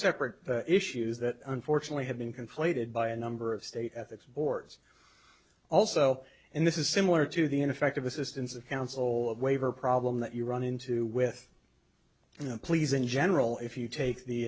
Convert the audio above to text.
separate issues that unfortunately have been conflated by a number of state ethics boards also and this is similar to the ineffective assistance of counsel of waiver problem that you run into with you know please in general if you take the